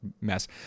mess